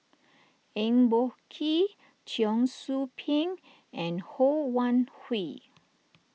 Eng Boh Kee Cheong Soo Pieng and Ho Wan Hui